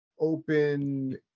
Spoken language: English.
open